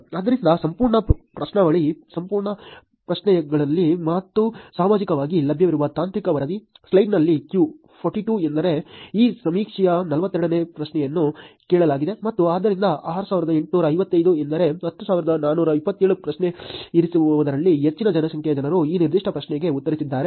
ಆದ್ದರಿಂದ ಸಂಪೂರ್ಣ ಪ್ರಶ್ನಾವಳಿ ಸಂಪೂರ್ಣ ಪ್ರತಿಕ್ರಿಯೆಗಳು ಮತ್ತು ಸಾರ್ವಜನಿಕವಾಗಿ ಲಭ್ಯವಿರುವ ತಾಂತ್ರಿಕ ವರದಿ ಸ್ಲೈಡ್ನಲ್ಲಿ Q 42 ಎಂದರೆ ಈ ಸಮೀಕ್ಷೆಯ 42 ನೇ ಪ್ರಶ್ನೆಯನ್ನು ಕೇಳಲಾಗಿದೆ ಮತ್ತು ಆದ್ದರಿಂದ 6855 ಎಂದರೆ 10427 ಪ್ರತಿಕ್ರಿಯಿಸಿದವರಲ್ಲಿ ಹೆಚ್ಚಿನ ಸಂಖ್ಯೆಯ ಜನರು ಈ ನಿರ್ದಿಷ್ಟ ಪ್ರಶ್ನೆಗೆ ಉತ್ತರಿಸಿದ್ದಾರೆ